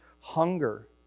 hunger